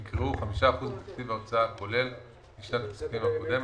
יקראו "5% מתקציב ההוצאה הכולל לשנת הכספים הקודמת",